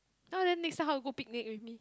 !huh! then next time how to go picnic with me